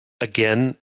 Again